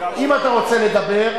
אם אתה רוצה לדבר,